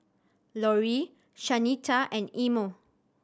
Lorrie Shanita and Imo